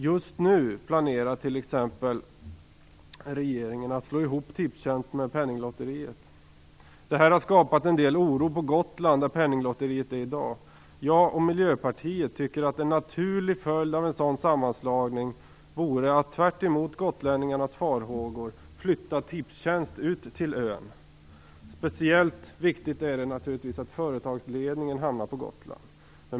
Just nu planerar t.ex. regeringen att slå ihop Tipstjänst och Penninglotteriet. Detta har skapat en del oro på Gotland, där Penninglotteriet finns i dag. Jag och Miljöpartiet tycker att en naturlig följd av en sådan sammanslagning vore att, tvärtemot gotlänningarnas farhågor, flytta Tipstjänst ut till ön. Speciellt viktigt är det naturligtvis att företagsledningen hamnar på Gotland.